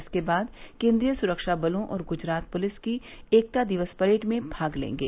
इसके बाद केन्द्रीय सुरक्षा बलो और गुजरात पुलिस की एकता दिवस परेड में भाग लेंगे